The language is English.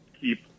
keep